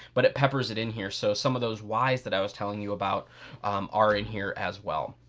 but it peppers it in here so some of those why's that i was telling you about are in here as well.